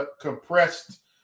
compressed